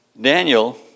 Daniel